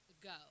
go